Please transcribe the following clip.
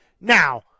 Now